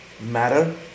matter